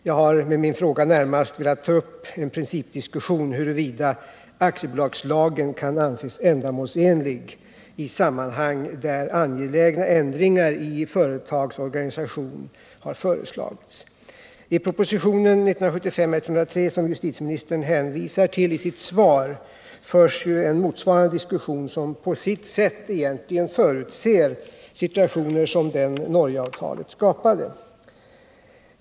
Jag har med min fråga närmast velat ta upp en principdiskussion, huruvida aktiebolagslagen kan anses ändamålsenlig i sammanhang där angelägna ändringar i ett företags organisation har föreslagits. I propositionen 1975:103, som justitieministern hänvisar till i sitt svar, förs en motsvarande diskussion, som på sitt sätt förutser situationer som den Norgeavtalet skapade.